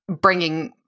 bringing